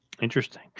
Interesting